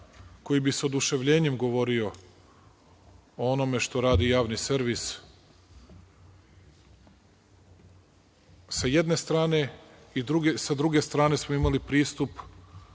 koji bi sa oduševljenjem govorio o onome što radi Javni servis, sa jedne strane, i sa druge strane smo imali pristup